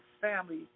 family